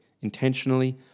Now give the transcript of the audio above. intentionally